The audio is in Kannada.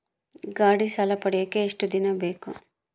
ಗಾಡೇ ಸಾಲ ಪಡಿಯಾಕ ಎಷ್ಟು ದಿನ ಬೇಕು?